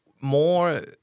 more